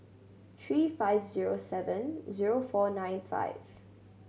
three five zero seven zero four nine five